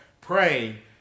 Pray